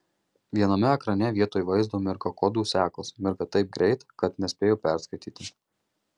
viename ekrane vietoj vaizdo mirga kodų sekos mirga taip greit kad nespėju perskaityti